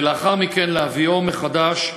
ולאחר מכן להביאו מחדש לחקיקה,